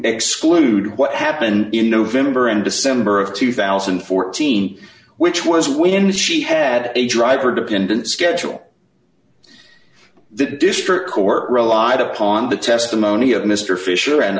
exclude what happened in november and december of two thousand and fourteen which was when she had a driver dependent schedule the district court relied upon the testimony of mr fisher and